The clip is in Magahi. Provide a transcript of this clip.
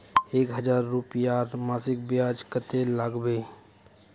एक हजार रूपयार मासिक ब्याज कतेक लागबे?